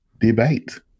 debate